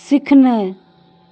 सिखनाइ